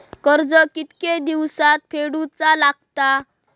कर्ज कितके दिवसात फेडूचा लागता?